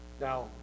Now